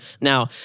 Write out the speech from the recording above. Now